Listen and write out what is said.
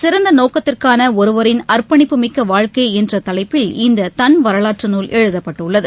சிறந்த நோக்கத்திற்கான ஒருவரின் அர்ப்பணிப்புமிக்க வாழ்க்கை என்ற தலைப்பில் இந்த தன் வரவாற்று நூல் எழுதப்பட்டுள்ளது